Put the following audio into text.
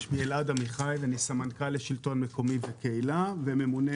אני אלעד עמיחי ואני סמנכ"ל לשלטון מקומי בקהילה וממונה